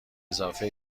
اضافه